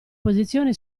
posizione